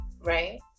Right